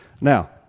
Now